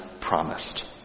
promised